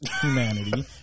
humanity